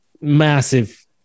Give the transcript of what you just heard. massive